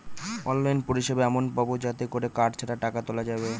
online পরিষেবা এমন পাবো যাতে করে কার্ড ছাড়া টাকা তোলা যাবে